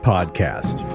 Podcast